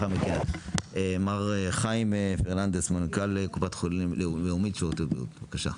מר חיים פרננדס מנכל קופת חולים לאומית, בבקשה.